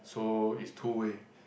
so is two way